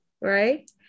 right